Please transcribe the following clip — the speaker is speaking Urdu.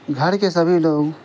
گھر کے سبھی لوگ